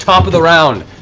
top of the round.